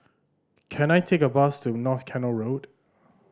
can I take a bus to North Canal Road